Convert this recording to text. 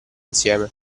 insieme